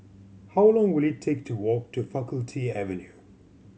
how long will it take to walk to Faculty Avenue